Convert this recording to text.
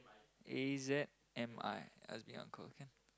A_Z_M_I Azmi uncle can